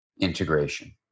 integration